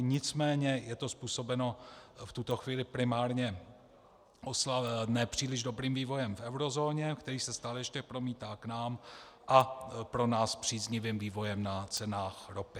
Nicméně je to způsobeno v tuto chvíli primárně nepříliš dobrým vývojem v eurozóně, který se stále ještě promítá k nám, a pro nás příznivým vývojem na cenách ropy.